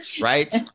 Right